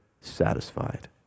satisfied